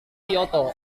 kyoto